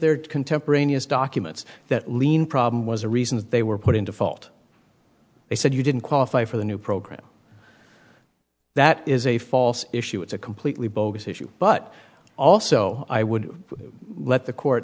their contemporaneous documents that lien problem was a reason that they were put into fault they said you didn't qualify for the new program that is a false issue it's a completely bogus issue but also i would let the court